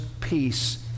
peace